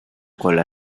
cola